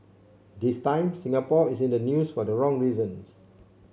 this time Singapore is in the news for the wrong reasons